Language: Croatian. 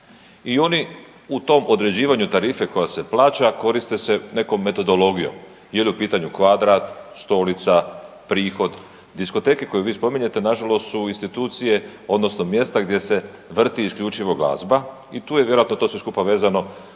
i oni u tom određivanju tarife koja se plaća koriste se nekom metodologijom, je li u pitanju kvadrat, stolica, prihod. Diskoteke koje vi spominjete nažalost su institucije odnosno mjesta gdje se vrti isključivo glazba i tu je vjerojatno to sve skupa vezano